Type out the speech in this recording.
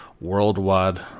worldwide